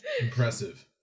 Impressive